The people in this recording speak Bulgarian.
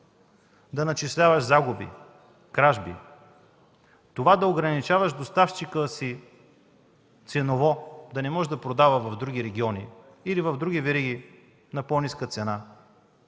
да начисляваш загуби, кражби, да ограничаваш доставчика си ценово, да не може да продава в други региони или в други вериги на по-ниска цена,